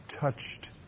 touched